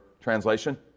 translation